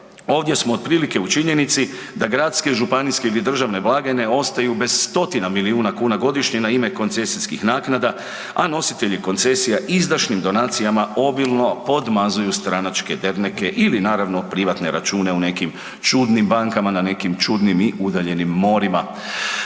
ovdje smo otprilike u činjenici da gradske, županijske ili državne blagajne ostaju bez stotina milijuna kuna godišnje na ime koncesijskih naknada, a nositelji koncesija izdašnim donacijama obilno podmazuju stranačke derneke ili naravno privatne račune u nekim čudnim bankama na nekim čudnim i udaljenim morima.